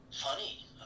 funny